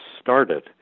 started